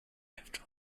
arrived